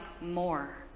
more